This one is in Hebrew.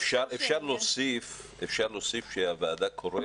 אדוני היושב-ראש, אפשר להוסיף שהוועדה קוראת